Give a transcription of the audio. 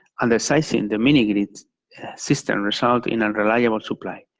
undersizing the mini-grids system result in unreliable supply,